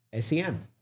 SEM